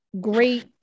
great